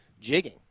jigging